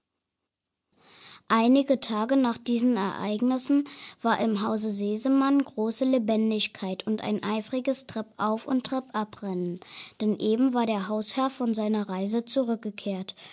einige tage nach diesen ereignissen war im hause sesemann große lebendigkeit und ein eifriges treppauf und treppabrennen denn eben war der hausherr von seiner reise zurückgekehrt